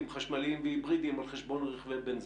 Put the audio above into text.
חשמליים והיברידיים על חשבון רכבי בנזין.